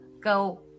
go